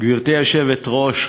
גברתי היושבת-ראש,